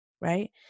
right